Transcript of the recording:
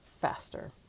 faster